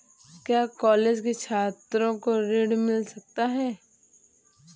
क्या कॉलेज के छात्रो को ऋण मिल सकता है?